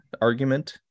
argument